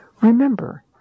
remember